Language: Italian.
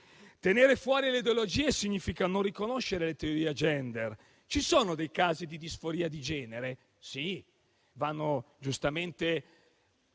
Tenere fuori le ideologie significa non riconoscere la teoria *gender.* Ci sono casi di disforia di genere? Sì, giustamente